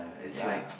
ya